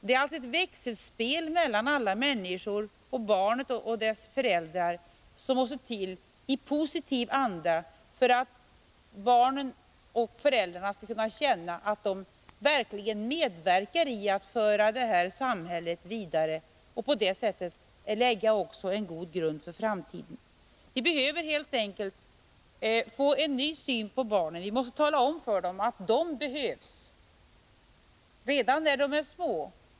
Det är alltså ett växelspel mellan alla dessa människor, barnet och dess föräldrar, ett växelspel som måste verka i positiv anda för att barnen och föräldrarna skall kunna känna att de verkligen medverkar i arbetet att föra det här samhället vidare och på det sättet lägga en god grund för framtiden. Vi behöver helt enkelt få en ny syn på barnen. Vi måste tala om för dem att de behövs redan när de är små.